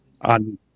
on